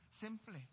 simply